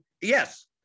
yes